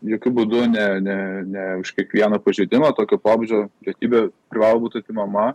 jokiu būdu ne ne ne už kiekvieną pažeidimą tokio pobūdžio pilietybė privalo būti atimama